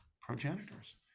progenitors